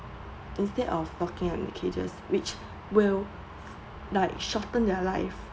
instead of locking on the cages which will like shorten their life